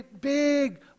big